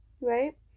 right